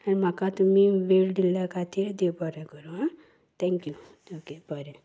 आनी म्हाका तुमी वेळ दिल्ल्या खातीर दव बरें करूं आ थँक्यू ओके बरें